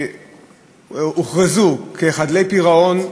שהוכרזו חדלות פירעון,